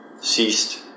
ceased